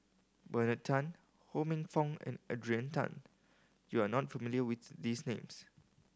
Bernard Tan Ho Minfong and Adrian Tan you are not familiar with these names